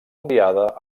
enviada